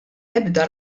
ebda